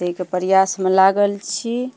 तैके प्रयासमे लागल छी